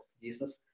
Jesus